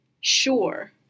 sure